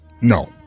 No